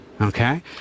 Okay